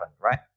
right